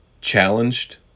challenged